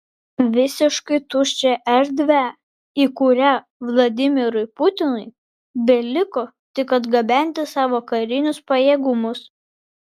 visiškai tuščią erdvę į kurią vladimirui putinui beliko tik atgabenti savo karinius pajėgumus